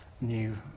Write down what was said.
new